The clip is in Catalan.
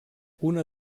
una